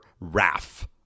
Raf